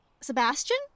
Sebastian